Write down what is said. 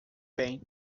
bem